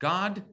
God